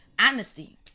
honesty